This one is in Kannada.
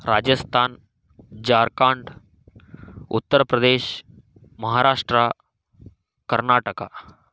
ರಾಜಸ್ಥಾನ ಜಾರ್ಖಂಡ ಉತ್ತರ ಪ್ರದೇಶ ಮಹಾರಾಷ್ಟ್ರ ಕರ್ನಾಟಕ